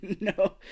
no